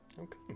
Okay